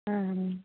ആ